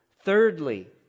Thirdly